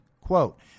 quote